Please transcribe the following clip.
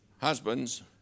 Husbands